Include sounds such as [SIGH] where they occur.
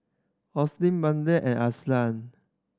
[UNINTELLIGIBLE] Bethann and Alyssia